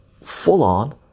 full-on